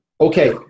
okay